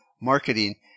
marketing